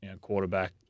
quarterback